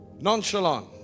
nonchalant